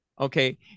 okay